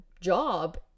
job